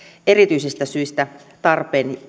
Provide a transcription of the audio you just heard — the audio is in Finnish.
erityisistä syistä tarpeen